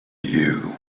you